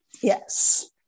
Yes